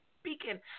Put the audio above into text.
speaking